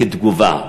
כתגובה.